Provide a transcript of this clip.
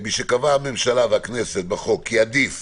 משקבעה הממשלה והכנסת בחוק כי עדיף